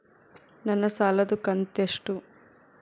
ನನ್ನ ಸಾಲದು ಕಂತ್ಯಷ್ಟು?